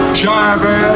jive